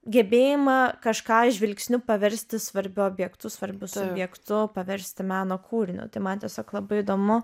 gebėjimą kažką žvilgsniu paversti svarbiu objektu svarbu subjektu paversti meno kūriniu tai man tiesiog labai įdomu